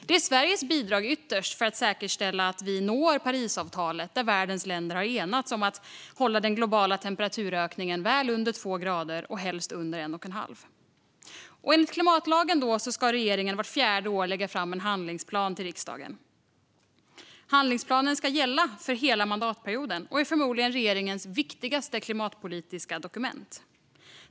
Det är Sveriges bidrag - ytterst - för att säkerställa att vi når Parisavtalet, där världens länder har enats om att hålla den globala temperaturökningen väl under 2 grader och helst under 1,5. Enligt klimatlagen ska regeringen vart fjärde år lägga fram en handlingsplan till riksdagen. Handlingsplanen ska gälla hela mandatperioden och är förmodligen regeringens viktigaste klimatpolitiska dokument.